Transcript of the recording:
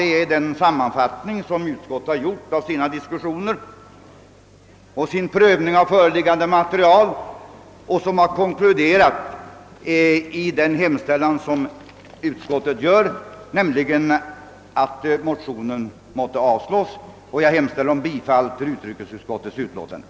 Detta är den sammanfattning som utskottet gjort av sina diskussioner och sin prövning av föreliggande material och som lett fram till utskottets hemställan, att motionen måtte avslås. Jag yrkar bifall till utskottets hemställan.